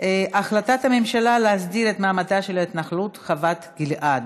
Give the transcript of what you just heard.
החלטת הממשלה להסדיר את מעמדה של ההתנחלות חוות גלעד,